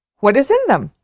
what is in them?